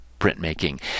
printmaking